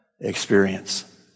experience